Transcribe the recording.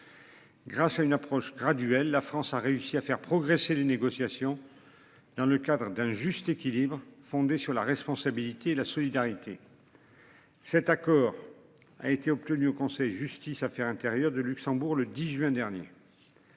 Grâce à une approche graduelle. La France a réussi à faire progresser les négociations. Dans le cadre d'un juste équilibre fondé sur la responsabilité, la solidarité. Cet accord a été obtenu au Conseil Justice-Affaires intérieures de Luxembourg le 10 juin dernier.